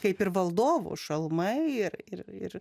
kaip ir valdovų šalmai ir ir